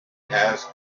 has